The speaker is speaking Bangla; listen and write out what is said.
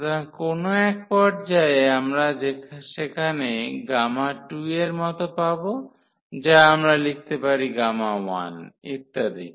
সুতরাং কোন এক পর্যায়ে আমরা সেখানে Γ এর মতো পাব যা আমরা লিখতে পারি Γ ইত্যাদি